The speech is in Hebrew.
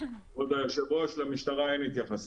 כבוד היושב-ראש, למשטרה אין התייחסות.